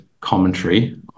commentary